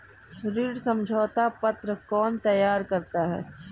ऋण समझौता पत्र कौन तैयार करता है?